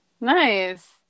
nice